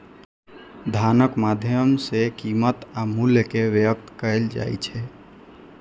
धनक माध्यम सं कीमत आ मूल्य कें व्यक्त कैल जाइ छै